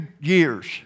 years